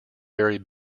very